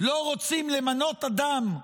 לא רוצים למנות אדם קבוע,